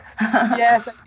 Yes